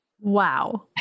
Wow